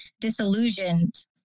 disillusioned